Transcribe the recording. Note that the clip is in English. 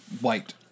white